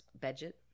budget